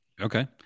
Okay